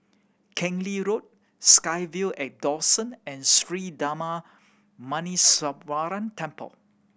Keng Lee Road SkyVille at Dawson and Sri Darma Muneeswaran Temple